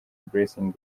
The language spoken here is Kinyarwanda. blessing